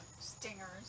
Stingers